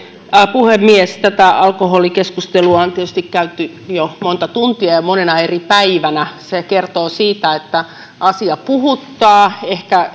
puhemies tätä alkoholikeskustelua on tietysti käyty jo monta tuntia ja ja monena eri päivänä se kertoo siitä että asia puhuttaa ehkä